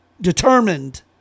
determined